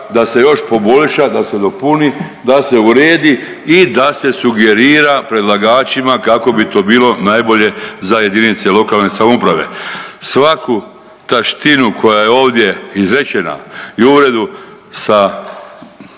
da se još poboljša, da se dopuni, da se uredi i da se sugerira predlagačima kako bi to bilo najbolje za jedinice lokalne samouprave. Svaku taštinu koja je ovdje izrečena i uvredu sa